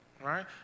right